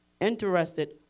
interested